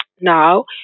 Now